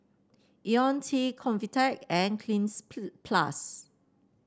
IoniL T Convatec and Cleanz Plus